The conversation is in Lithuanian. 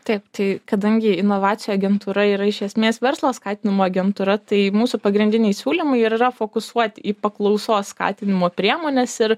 taip tai kadangi inovacijų agentūra yra iš esmės verslo skatinimo agentūra tai mūsų pagrindiniai siūlymai ir yra fokusuot į paklausos skatinimo priemones ir